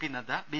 P Nadda B